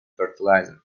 fertilizer